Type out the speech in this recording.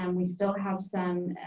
um we still have some